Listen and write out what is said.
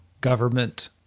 government